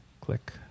click